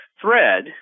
thread